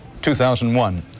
2001